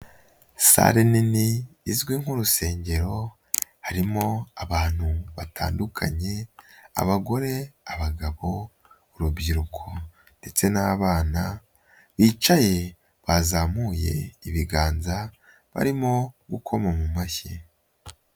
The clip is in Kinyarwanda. Sale nini izwi nk'urusengero harimo abantu batandukanye; abagore, abagabo, urubyiruko ndetse n'abana bicaye bazamuye ibiganza, barimo gukoma mu mashyi.